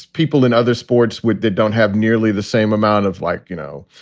people in other sports with they don't have nearly the same amount of like, you know,